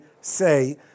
say